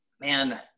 man